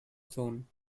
zone